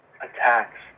attacks